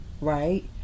right